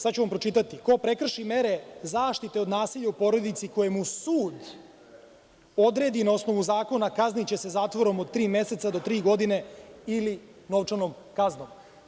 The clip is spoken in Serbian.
Sad ću vam pročitati: „Ko prekrši mere zaštite od nasilja u porodici koje mu sud odredi na osnovu zakona, kazniće se zatvorom od tri meseca do tri godine ili novčanom kaznom.